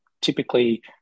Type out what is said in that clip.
typically